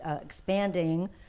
expanding